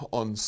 on